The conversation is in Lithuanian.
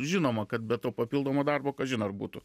žinoma kad be to papildomo darbo kažin ar būtų